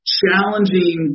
challenging